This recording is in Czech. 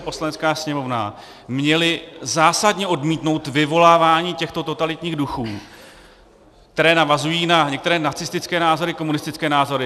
Poslanecká sněmovna měli zásadně odmítnout vyvolávání těchto totalitních duchů, které navazuje na některé nacistické názory, komunistické názory.